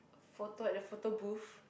photo at the photo booth